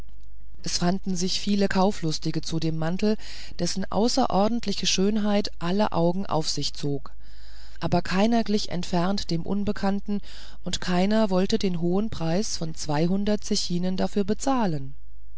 es fanden sich viele kauflustige zu dem mantel dessen außerordentliche schönheit alle augen auf sich zog aber keiner glich entfernt dem unbekannten keiner wollte den hohen preis von zweihundert zechinen dafür bezahlen